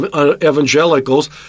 evangelicals